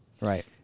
Right